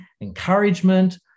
encouragement